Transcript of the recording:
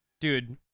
dude